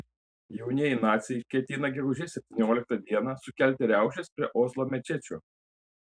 jaunieji naciai ketina gegužės septynioliktą dieną sukelti riaušes prie oslo mečečių